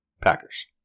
Packers